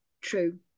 true